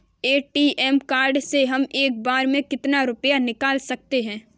ATM card से हम एक बार में कितना रुपया निकाल सकते हैं?